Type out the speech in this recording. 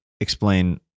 explain